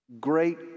great